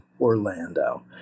Orlando